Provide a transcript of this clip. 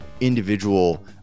individual